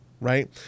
Right